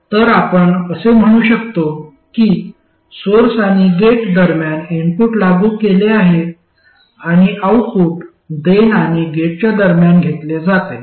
तर आपण असे म्हणू शकतो की सोर्स आणि गेट दरम्यान इनपुट लागू केले आहे आणि आउटपुट ड्रेन आणि गेटच्या दरम्यान घेतले जाते